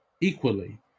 equally